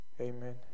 Amen